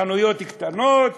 חנויות קטנות,